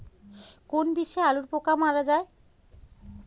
কোন বিষে আলুর পোকা মারা যায়?